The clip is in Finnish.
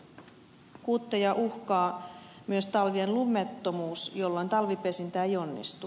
kuutteja uhkaa myös talvien lumettomuus jolloin talvipesintä ei onnistu